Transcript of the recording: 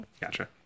Gotcha